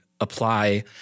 apply